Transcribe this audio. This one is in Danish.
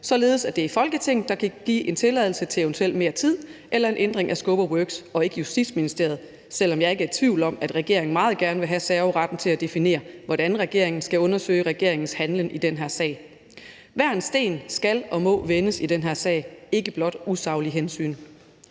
således at det er Folketinget, der kan give en tilladelse til eventuelt mere tid eller en ændring af scope of work, og ikke Justitsministeriet, selv om jeg ikke er i tvivl om, at regeringen meget gerne vil have serveretten til at definere, hvordan regeringen skal undersøge regeringens handlen i den her sag. Hver en sten skal og må vendes i den her sag, ikke blot usaglige hensyn.